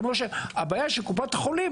הבעיה היא שקופות החולים